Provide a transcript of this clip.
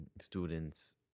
students